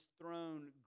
throne